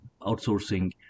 outsourcing